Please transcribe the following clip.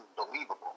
unbelievable